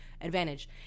advantage